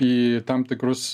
į tam tikrus